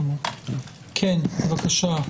בבקשה.